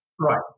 Right